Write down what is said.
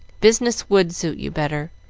business would suit you better,